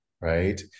right